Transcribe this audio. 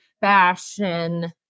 fashion